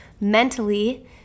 mentally